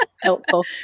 helpful